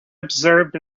observed